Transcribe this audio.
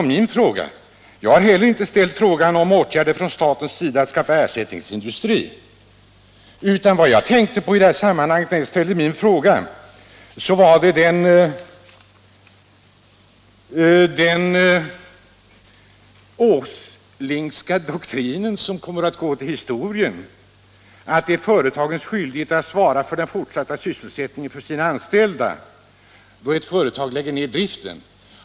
Men det är inte svaret på min fråga. Jag har inte frågat efter åtgärder från staten för att skaffa ersättningsindustri utan vad jag tänkte på när jag ställde min fråga var den Åslingska doktrinen, som kommer att gå till historien, nämligen att det är företagens skyldighet att svara för den fortsatta sysselsättningen för sina anställda då ett företag lägger ned driften.